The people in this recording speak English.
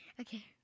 Okay